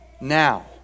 now